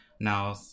Now